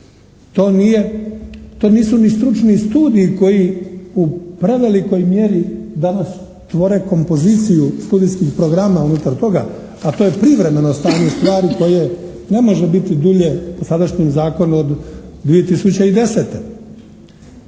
To nisu ni stručni studiji koji u prevelikoj mjeri danas tvore kompoziciju studentskih programa unutar toga, a to je privremeno stanje stvari koje ne može biti dulje po sadašnjem zakonu od 2010.